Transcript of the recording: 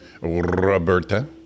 Roberta